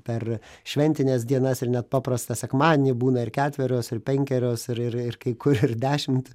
per šventines dienas ir net paprastą sekmadienį būna ir ketverios ir penkerios ir ir ir kai kur ir dešimt